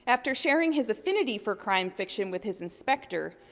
after sharing his affinity for crime fiction with his inspector,